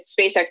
SpaceX